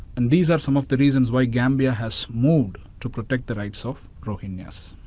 and these are some of the reasons why gambia has moved to protect the rights of rohingyas.